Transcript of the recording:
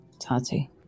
Tati